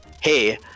hey